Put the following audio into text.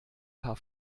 paar